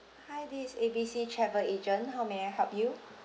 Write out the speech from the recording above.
hi this is A B C travel agent how may I help you